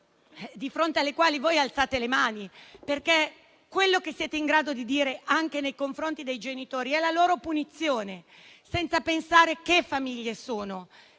di fronte alle quali voi alzate le mani. Quello che siete in grado di fare, anche nei confronti dei genitori, è la loro punizione, senza pensare che famiglie sono.